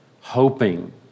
hoping